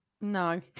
No